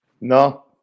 No